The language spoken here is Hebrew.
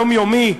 יומיומי,